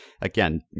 again